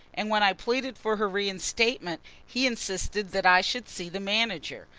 and when i pleaded for her reinstatement, he insisted that i should see the manager.